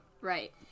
Right